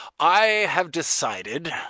i have decided,